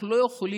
אנחנו לא יכולים,